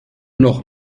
noch